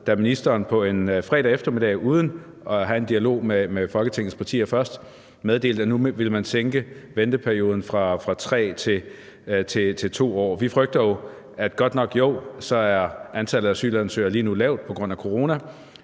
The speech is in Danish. da ministeren på en fredag eftermiddag, uden at have haft en dialog med Folketingets partier først, meddelte, at nu ville man sænke venteperioden fra 3 år til 2 år. Godt nok er antallet af asylansøgere lige nu lavt på grund af corona,